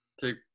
Take